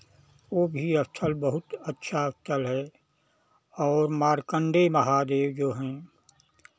वो भी स्थल बहुत अच्छा स्थल है और मार्कण्डेय महादेव जो हैं